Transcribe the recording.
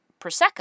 Prosecco